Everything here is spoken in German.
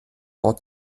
ort